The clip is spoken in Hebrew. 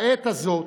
בעת הזאת,